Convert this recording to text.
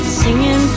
singing